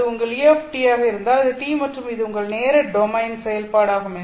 இது உங்கள் e ஆக இருந்தால் இது t மற்றும் இது உங்கள் நேர டொமைன் செயல்பாடு ஆகும்